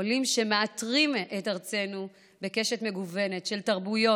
עולים שמעטרים את ארצנו בקשת מגוונת של תרבויות,